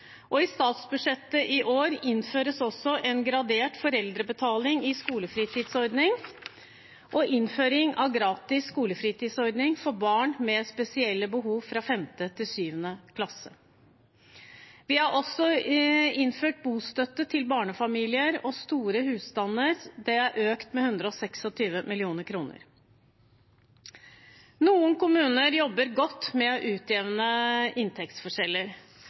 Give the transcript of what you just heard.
2014. I statsbudsjettet i år innføres også gradert foreldrebetaling i skolefritidsordningen og innføring av gratis skolefritidsordning for barn med spesielle behov fra 5. til 7. klasse. Bostøtte til barnefamilier og store husstander er økt med 126 mill. kr. Noen kommuner jobber godt med å utjevne inntektsforskjeller.